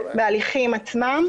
בהליכים עצמם,